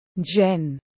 Jen